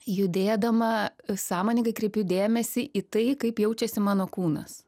judėdama sąmoningai kreipiu dėmesį į tai kaip jaučiasi mano kūnas